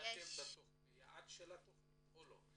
האם הגעתם ליעד התכנית או לא?